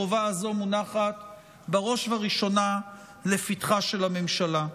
החובה הזאת מונחת בראש ובראשונה לפתחה של הממשלה.